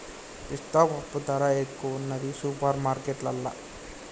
పిస్తా పప్పు ధర ఎక్కువున్నది సూపర్ మార్కెట్లల్లా